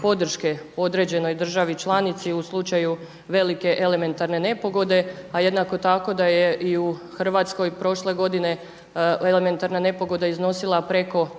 podrške određenoj državi članici u slučaju velike elementarne nepogode, a jednako tako da je i u Hrvatskoj prošle godine elementarna nepogoda iznosila preko